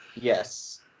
Yes